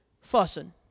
fussing